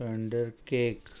under cake